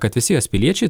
kad visi jos piliečiai